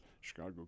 Chicago